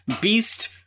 Beast